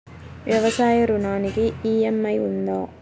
వ్యవసాయ ఋణానికి ఈ.ఎం.ఐ ఉందా?